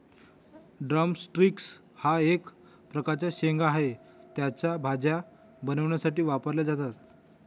drum sticks हा एक प्रकारचा शेंगा आहे, त्या भाज्या बनवण्यासाठी वापरल्या जातात